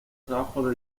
trabajos